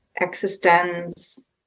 Existence